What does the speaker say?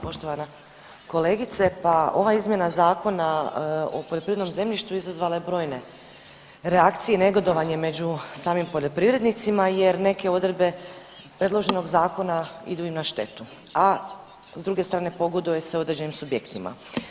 Poštovana kolegice pa ova izmjena Zakona o poljoprivrednom zemljištu izazvala je brojne reakcije i negodovanje među samim poljoprivrednicima jer neke odredbe predloženog zakona idu i na štetu, a s druge strane pogoduje se određenim subjektima.